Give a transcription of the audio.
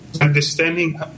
understanding